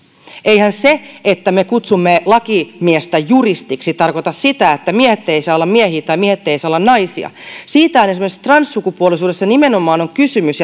eihän se että me kutsumme lakimiestä juristiksi tarkoita sitä että miehet eivät saa olla miehiä tai miehet eivät saa olla naisia siitähän esimerkiksi transsukupuolisuudessa nimenomaan on kysymys